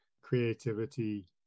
creativity